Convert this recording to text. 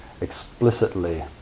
explicitly